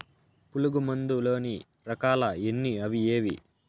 పులుగు మందు లోని రకాల ఎన్ని అవి ఏవి?